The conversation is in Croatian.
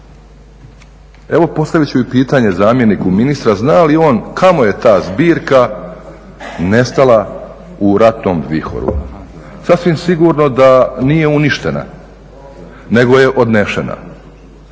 Evo, postavit ću i pitanje zamjeniku ministra, zna li on kamo je ta zbirka nestala u ratnom vihoru? Sasvim sigurno da nije uništena, nego je odnesena.